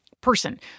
person